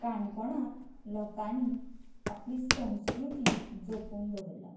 काणकोणांत लोकांनी आपली संस्कृती जपून दवरल्या